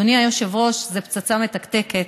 אדוני היושב-ראש, זאת פצצה מתקתקת.